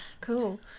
cool